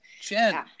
Jen